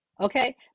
okay